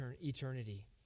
eternity